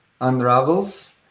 unravels